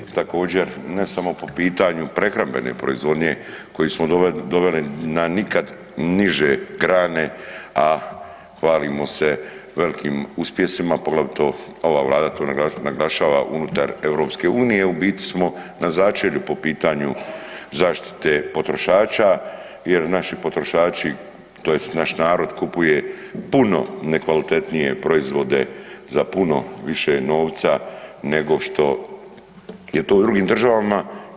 Također ne samo po pitanju prehrambene proizvodnje koju smo doveli na nikad niže grane, a hvalimo se velikim uspjesima poglavito ova Vlada to naglašava unutar EU u biti smo na začelju po pitanju zaštite potrošača jer naši potrošači tj. naš narod kupuje puno nekvalitetnije proizvode za puno više novca nego što je to u drugim državama.